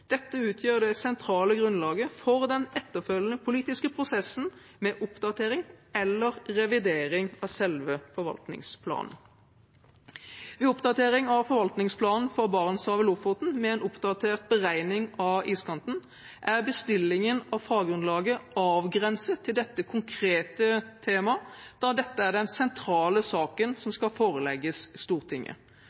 Dette utgjør det sentrale grunnlaget for den etterfølgende politiske prosessen med oppdatering eller revidering av selve forvaltningsplanen. Ved oppdatering av forvaltningsplanen for Barentshavet og Lofoten med en oppdatert beregning av iskanten er bestillingen av faggrunnlaget avgrenset til dette konkrete temaet, da dette er den sentrale saken som skal forelegges Stortinget.